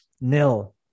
nil